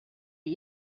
are